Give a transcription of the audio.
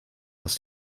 aus